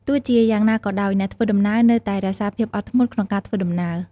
ទោះជាយ៉ាងណាក៏ដោយ អ្នកធ្វើដំណើរនៅតែរក្សាភាពអត់ធ្មត់ក្នុងការធ្វើដំណើរ។